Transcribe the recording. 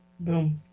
Boom